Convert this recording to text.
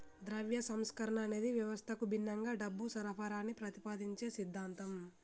ద్రవ్య సంస్కరణ అనేది వ్యవస్థకు భిన్నంగా డబ్బు సరఫరాని ప్రతిపాదించే సిద్ధాంతం